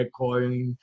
Bitcoin